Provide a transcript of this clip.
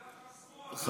אבל, מהשמאל.